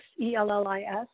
E-L-L-I-S